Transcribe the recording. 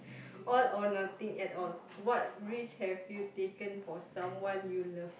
all or nothing at all what risk have you taken for someone you love